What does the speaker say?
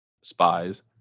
spies